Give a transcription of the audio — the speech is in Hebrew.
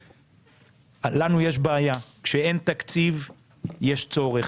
יש בעיה, כשאין תקציב יש צורך.